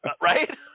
right